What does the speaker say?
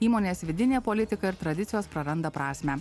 įmonės vidinė politika ir tradicijos praranda prasmę